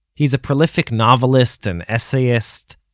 he's a prolific novelist and essayist,